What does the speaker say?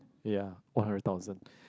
ya one hundred thousand